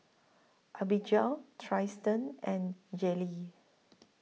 Abigail Tristen and Jaylene